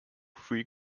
three